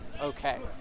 Okay